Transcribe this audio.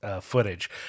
footage